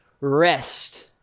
rest